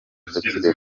atakiriho